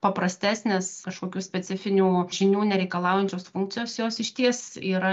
paprastesnės kažkokių specifinių žinių nereikalaujančios funkcijos jos išties yra